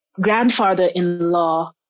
grandfather-in-law